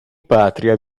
patria